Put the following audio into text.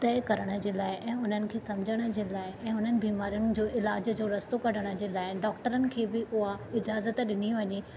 तइ करण जे लाइ ऐं उन्हनि खे समझण जे लाइ ऐं उन्हनि बीमारियुनि जो इलाज जो रस्तो कढण जे लाइ डॉक्टरनि खे बि उहा इजाज़त ॾिनी वञे